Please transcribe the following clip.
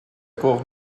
cours